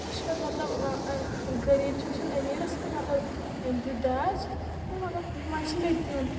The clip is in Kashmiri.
سُہ چھِ پَتہٕ مطلب غریٖب چھُ وٕچھان امیٖرَس کُن مطلب أمۍ دیُٚت داج تہٕ مگر وۄنۍ چھِ مےٚ تہِ دیُٚن